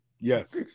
yes